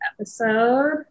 episode